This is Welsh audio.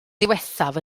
ddiwethaf